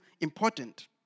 important